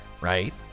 right